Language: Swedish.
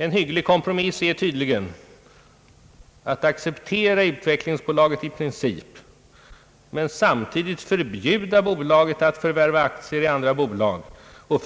En hygglig kompromiss är tydligen att acceptera utvecklingsbolaget i princip men samtidigt förbjuda bolaget att förvärva aktier i andra bolag och